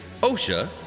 OSHA